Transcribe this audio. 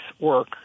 work